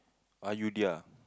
are you dia